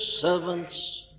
servants